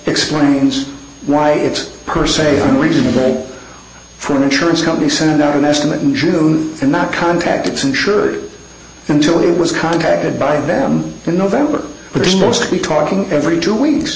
experience why it's per se unreasonable for an insurance company send out an estimate in june and not contact it's insured until he was contacted by them in november which is mostly talking every two weeks